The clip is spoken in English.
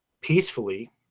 peacefully